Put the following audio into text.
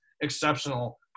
exceptional